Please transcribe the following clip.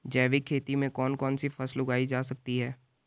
जैविक खेती में कौन कौन सी फसल उगाई जा सकती है?